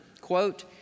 quote